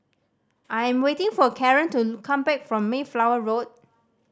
I'm waiting for Caren to come back from Mayflower Road